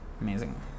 Amazing